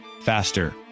faster